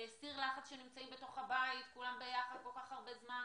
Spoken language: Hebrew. הסיר לחץ כשנמצאים כולם בתוך הבית כל כך הרבה זמן.